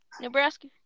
Nebraska